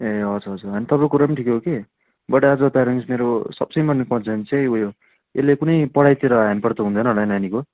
ए हजुर हजुर होइन तपाईँको कुरा पनि ठिकै हो कि बट एज ए प्यारेन्ट्स मेरो सबसे उयो यसले कुनै पढाइतिर ह्याम्पर त हुँदैन होला है नानीको